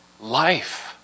life